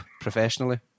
professionally